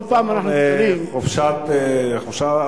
חברת הכנסת חוטובלי.